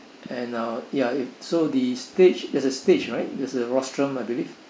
and uh ya it so the stage there's a stage right there's a rostrum I believe